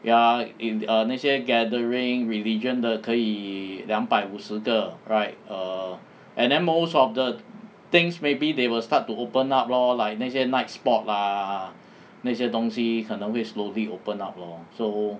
ya as in err 那些 gathering religion 的可以两百五十个 right err and then most of the things maybe they will start to open up lor like 那些 night spot ah 那些东西可能会 slowly open up lor so